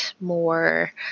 more